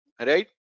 right